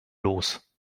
los